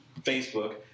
Facebook